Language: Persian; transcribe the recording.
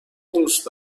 دوست